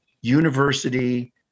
university